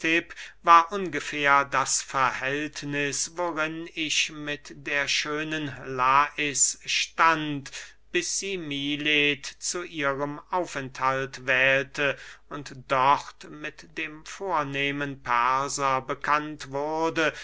war ungefähr das verhältniß worin ich mit der schönen lais stand bis sie milet zu ihrem aufenthalt wählte und dort mit dem vornehmen perser bekannt wurde